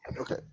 Okay